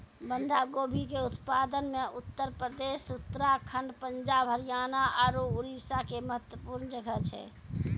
बंधा गोभी के उत्पादन मे उत्तर प्रदेश, उत्तराखण्ड, पंजाब, हरियाणा आरु उड़ीसा के महत्वपूर्ण जगह छै